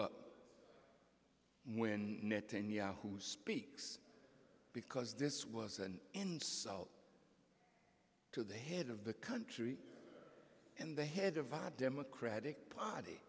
up when netanyahu speaks because this was an insult to the head of the country and the head of the democratic party